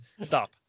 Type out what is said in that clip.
Stop